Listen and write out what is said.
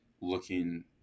looking